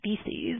species